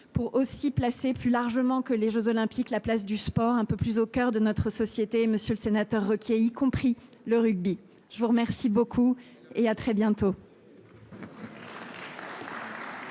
pour aussi placé plus largement que les Jeux olympiques, la place du sport un peu plus au coeur de notre société. Monsieur le Sénateur requis, y compris le rugby. Je vous remercie beaucoup et à très bientôt.